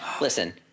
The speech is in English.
listen